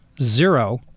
zero